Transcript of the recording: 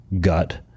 gut